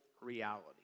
reality